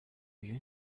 you